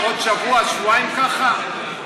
עוד שבוע-שבועיים ככה?